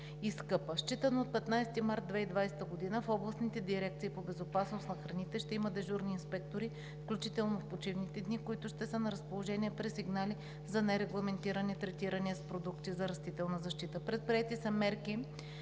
Считано от 15 март 2020 г. в областните дирекции по безопасност на храните ще има дежурни инспектори, включително в почивните дни, които ще са на разположение при сигнали за нерегламентирани третирания с продукти за растителна защита. Предприети са мерки